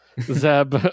zeb